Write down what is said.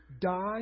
die